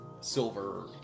silver